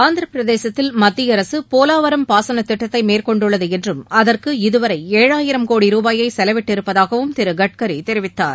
ஆந்திரப் பிரதேசத்தில் மத்திய அரசு போலாவரம் பாசனத் திட்டத்தை மேற்கொண்டுள்ளது என்றும் அதற்கு இதுவரை ஏழாயிரம் கோடி ரூபாயை செலவிட்டிருப்பதாகவும் திரு கட்கரி தெரிவித்தார்